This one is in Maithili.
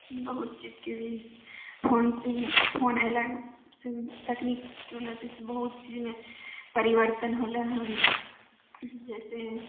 बहुत चीजके भी फोनसँ फोन अयलासँ तकनीकीके उन्नत्तिसँ बहुत चीजमे परिवर्तन होलै हन जैसे